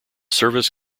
service